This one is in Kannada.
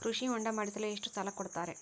ಕೃಷಿ ಹೊಂಡ ಮಾಡಿಸಲು ಎಷ್ಟು ಸಾಲ ಕೊಡ್ತಾರೆ?